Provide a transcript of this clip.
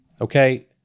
Okay